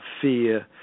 fear